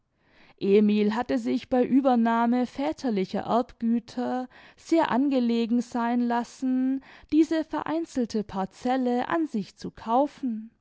emil hatte sich bei uebernahme väterlicher erbgüter sehr angelegen sein lassen diese vereinzelte parzelle an sich zu kaufen